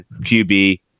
QB